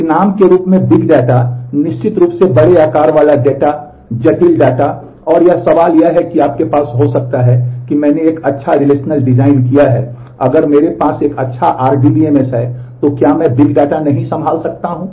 एक नाम के रूप में बिग डेटा नहीं संभाल सकता हूं